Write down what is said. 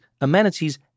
amenities